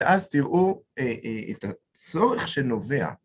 ואז תראו את הצורך שנובע.